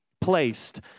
Placed